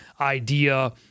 idea